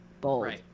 Bold